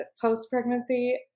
post-pregnancy